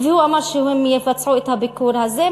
והוא אמר שהם יבצעו את הביקור הזה.